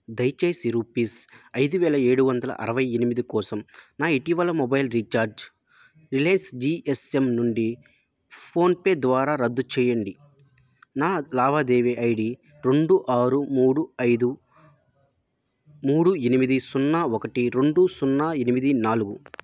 దయచేసి రూపీస్ ఐదు వేల ఏడు వందల అరవై ఎనిమిది కోసం నా ఇటీవలి మొబైల్ రీఛార్జ్ రిలయన్స్ జీఎస్ఎమ్ నుండి ఫోన్ పే ద్వారా రద్దు చెయ్యండి నా లావాదేవీ ఐడి రెండు ఆరు మూడు ఐదు మూడు ఎనిమిది సున్నా ఒకటి రెండు సున్నా ఎనిమిది నాలుగు